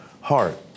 heart